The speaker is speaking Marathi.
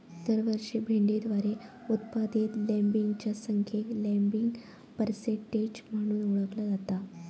दरवर्षी भेंडीद्वारे उत्पादित लँबिंगच्या संख्येक लँबिंग पर्सेंटेज म्हणून ओळखला जाता